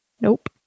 Nope